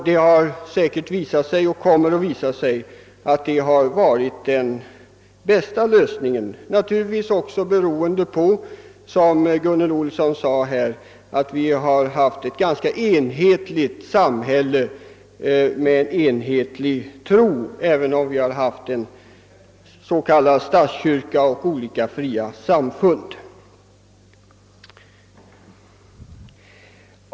Det har visat sig och kommer säkert att visa sig vara den bästa lösningen, vilket naturligtvis också beror på — som Gunnel Olsson sade — att vi har haft ett ganska enhetligt samhälle med enhetlig tro, även om vi har haft en s.k. statskyrka och olika fria samfund.